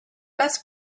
best